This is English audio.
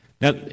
Now